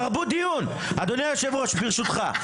תרבות דיון, אדוני היושב ראש ברשותך.